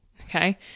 Okay